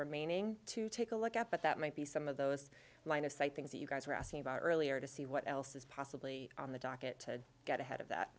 remaining to take a look at but that might be some of those line of sight things that you guys were asking about earlier to see what else is possibly on the docket to get ahead of that